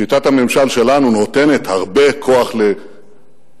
שיטת הממשל שלנו נותנת הרבה כוח לייצוגיות,